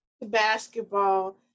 basketball